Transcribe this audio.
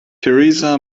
teresa